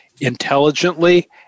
intelligently